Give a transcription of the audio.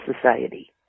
society